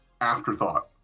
afterthought